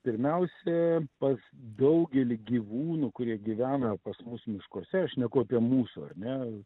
pirmiausia pas daugelį gyvūnų kurie gyvena pas mus miškuose aš šneku apie mūsų ar ne